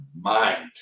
mind